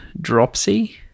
dropsy